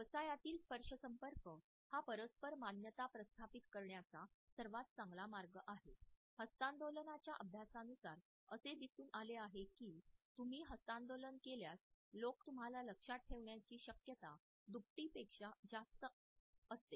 व्यवसायातील स्पर्शसंपर्क हा परस्पर मान्यता प्रस्थापित करण्याचा सर्वात चांगला मार्ग आहे हस्तांदोलना च्या अभ्यासानुसार असे दिसून आले आहे की तुम्ही हस्तांदोलन केल्यास लोक तुम्हाला लक्षात ठेवण्याची शक्यता दुप्पटीपेक्षा जास्त असते